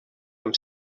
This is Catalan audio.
amb